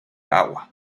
agua